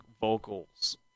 vocals